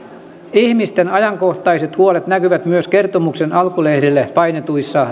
ihmisten ajankohtaiset huolet näkyvät myös kertomuksen alkulehdille painetuissa